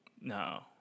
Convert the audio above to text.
No